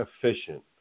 efficient